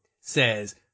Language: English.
says